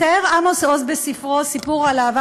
מתאר עמוס עוז בספרו "סיפור על אהבה